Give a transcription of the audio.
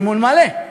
מימון מלא.